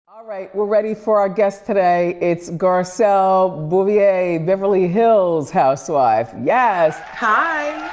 all right, we're ready for our guest today, it's garcelle beauvais, beverly hills housewife, yes! hi.